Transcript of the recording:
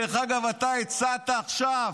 דרך אגב, אתה הצעת עכשיו,